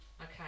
Okay